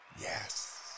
Yes